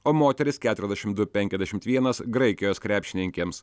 o moterys keturiasdešim du penkiasdešimt vienas graikijos krepšininkėms